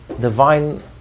divine